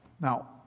Now